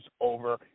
over